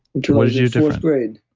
until fourth grade,